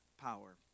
power